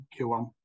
q1